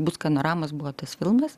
bus skanoramos buvo tas filmas